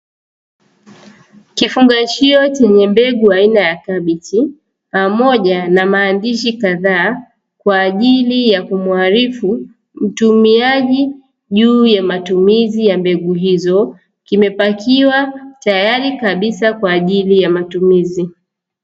Kifungashio chenye mbegu aina ya kabichi, pamoja maandishi kadhaa, kwaajili ya kumuarufu mtumiaji juu ya matumizi ya mbegu hizo, kimepakiwa tayari kabisa kwa ajili ya matumizi.